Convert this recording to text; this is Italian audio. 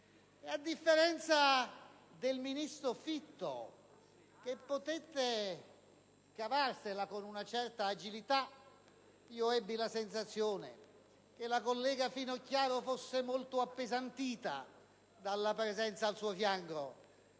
a differenza del ministro Fitto che poté cavarsela con una certa agilità, ebbi la sensazione che la collega Finocchiaro fosse molto appesantita dalla presenza al suo fianco